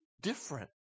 different